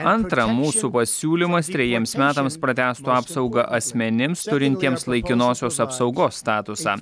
antra mūsų pasiūlymas trejiems metams pratęstų apsaugą asmenims turintiems laikinosios apsaugos statusą